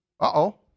Uh-oh